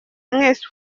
mwese